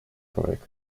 człowiek